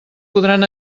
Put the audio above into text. podran